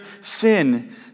sin